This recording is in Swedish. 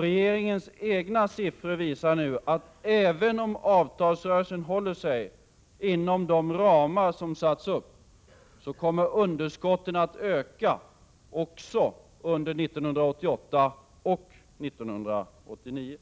Regeringens egna siffror visar nu att underskotten, även om avtalsrörelsen håller sig inom de ramar som satts upp, kommer att öka även under 1988 och 1989.